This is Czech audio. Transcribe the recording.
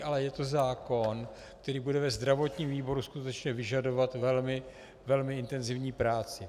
Ale je to zákon, který bude ve zdravotním výboru skutečně vyžadovat velmi intenzivní práci.